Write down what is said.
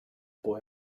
boy